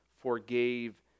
forgave